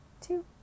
Two